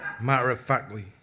matter-of-factly